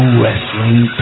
wrestling